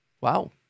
Wow